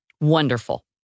Wonderful